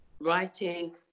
writing